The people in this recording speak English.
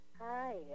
Hi